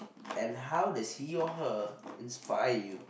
and how does he or her inspire you